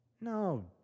No